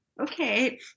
okay